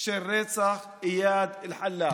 של רצח איאד אלחלאק?